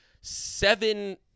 seven